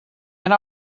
and